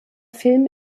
film